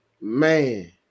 man